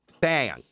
bang